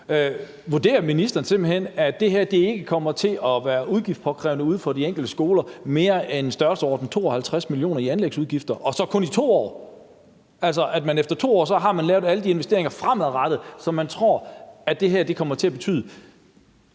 Vurderer ministeren simpelt hen, at det her ikke kommer til at være udgiftskrævende for de enkelte skoler mere end i størrelsesordenen 52 mio. kr. i anlægsudgifter – og så kun i 2 år, altså at man efter 2 år har lavet alle de investeringer, som man tror den her ændring med,